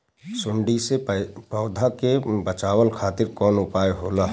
सुंडी से पौधा के बचावल खातिर कौन उपाय होला?